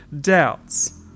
doubts